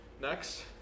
Next